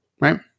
Right